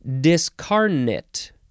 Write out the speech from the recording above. Discarnate